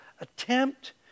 attempt